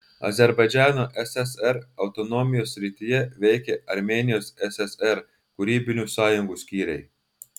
azerbaidžano ssr autonomijos srityje veikė armėnijos ssr kūrybinių sąjungų skyriai